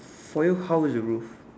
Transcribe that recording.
for you how is your roof